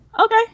okay